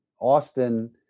Austin